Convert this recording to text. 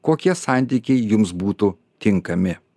kokie santykiai jums būtų tinkami